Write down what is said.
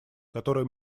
которое